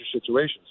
situations